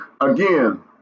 again